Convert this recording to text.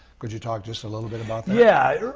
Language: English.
could you talk just a little bit about yeah